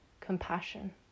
compassion